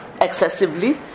excessively